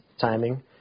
timing